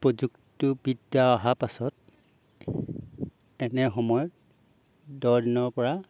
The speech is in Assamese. প্ৰযুক্তিবিদ্যা অহা পাছত এনে সময় দহ দিনৰপৰা